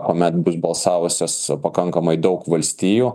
kuomet bus balsavusios pakankamai daug valstijų